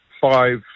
five